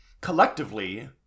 collectively